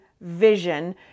vision